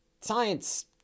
science